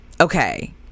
Okay